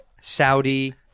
Saudi